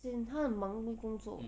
as in 他很忙那个工作